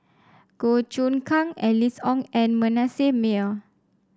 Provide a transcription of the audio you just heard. Goh Choon Kang Alice Ong and Manasseh Meyer